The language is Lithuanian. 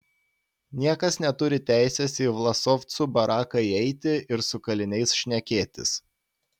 niekas neturi teisės į vlasovcų baraką įeiti ir su kaliniais šnekėtis